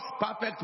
perfect